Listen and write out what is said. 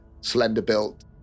slender-built